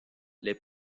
les